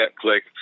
click